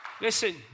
Listen